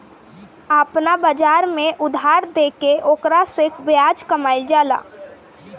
आपना बाजार में उधार देके ओकरा से ब्याज कामईल जाला